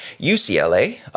UCLA